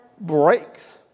breaks